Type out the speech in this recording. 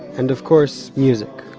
and, of course, music,